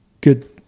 good